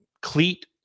cleat